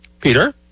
Peter